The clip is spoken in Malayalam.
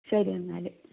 ശരി എന്നാല്